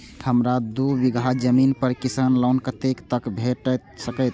हमरा दूय बीगहा जमीन पर किसान लोन कतेक तक भेट सकतै?